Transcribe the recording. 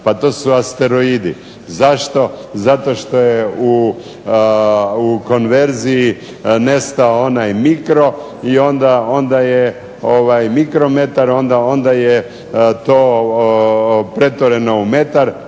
Pa to su asteroidi. Zašto? Zato što je u konverziji nestao onaj micro i onda je micrometar,